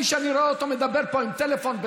מי שאראה אותו מדבר בטלפון,